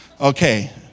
Okay